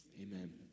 amen